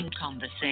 conversation